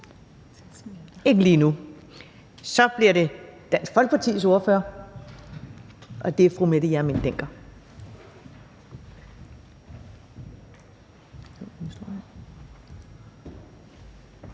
ordføreren. Så er det Dansk Folkepartis ordfører, og det er fru Mette Hjermind Dencker.